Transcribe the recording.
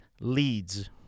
leads